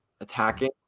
attacking